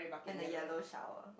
and a yellow shower